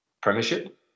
Premiership